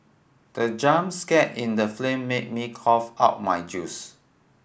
the jump scare in the flame made me cough out my juice